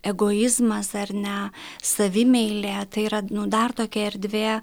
egoizmas ar ne savimeilė tai yra dar tokia erdvė